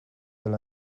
del